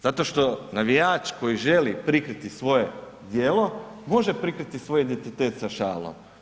Zato što navijač koji želi prikriti svoje djelo, može prikriti svoj identitet sa šalom.